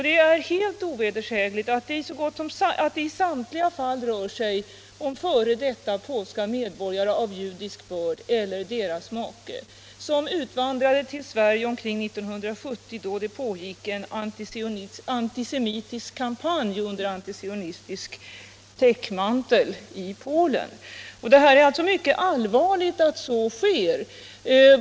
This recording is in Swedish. Det är helt ovedersägligt att det i samtliga fall rör sig om f.d. polska medborgare av judisk börd eller makar till sådana som utvandrat till Sverige omkring 1970, då det pågick en antisemitisk kampanj under antisionistisk täckmantel i Polen. Det är mycket allvarligt att sådant inträffar.